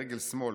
ברגל שמאל,